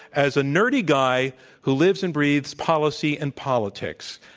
as a nerdy guy who lives and breathes policy and politics.